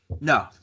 No